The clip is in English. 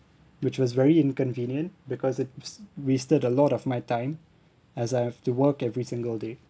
which was very inconvenient because it's wasted a lot of my time as I have to work every single day